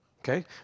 Okay